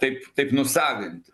taip taip nusavinti